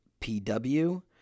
PW